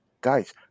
Guys